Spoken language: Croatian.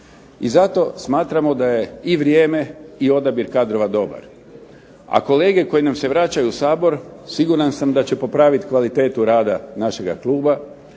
I zato smatramo da je i vrijeme i odabir kadrova dobar. A kolege koji nam se vraćaju u Sabor siguran sam da će popravit kvalitetu rada našega kluba